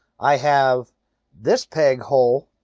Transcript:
i have this peg hole.